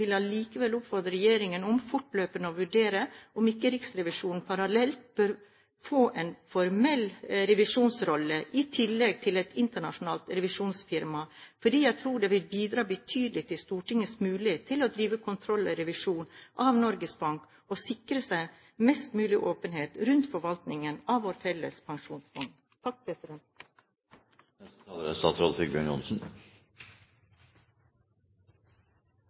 allikevel oppfordre regjeringen til fortløpende å vurdere om ikke Riksrevisjonen parallelt bør få en formell revisjonsrolle, i tillegg til et internasjonalt revisjonsfirma, fordi jeg tror det vil bidra betydelig til Stortingets mulighet til å drive kontroll og revisjon av Norges Bank og sikre seg mest mulig åpenhet rundt forvaltningen av vår felles pensjonsformue. Som representanten Syversen reiser jeg litt, jeg også. Og det er